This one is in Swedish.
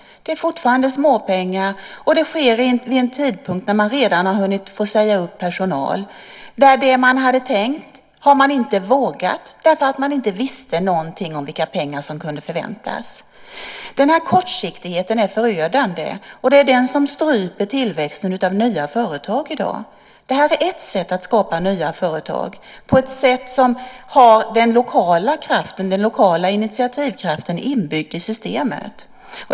Det är fortfarande småpengar, och de kommer i ett skede där man redan har fått säga upp personal. Det man hade tänkt göra har man inte vågat eftersom man inte visste något om vilka pengar som kunde förväntas. Den här kortsiktigheten är förödande. Det är den som stryper tillväxten av nya företag i dag. Det här är ett sätt att skapa nya företag på ett sätt som har den lokala initiativkraften inbyggd i systemet.